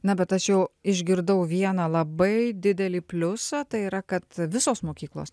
na bet aš jau išgirdau vieną labai didelį pliusą tai yra kad visos mokyklos